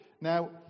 Now